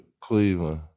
Cleveland